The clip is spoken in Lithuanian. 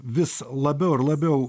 vis labiau ir labiau